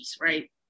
right